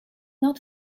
not